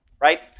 right